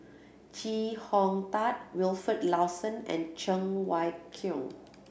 Chee Hong Tat Wilfed Lawson and Cheng Wai Keung